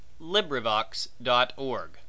LibriVox.org